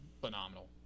phenomenal